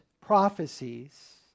prophecies